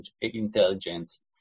intelligence